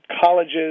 colleges